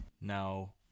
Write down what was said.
Now